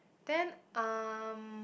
then um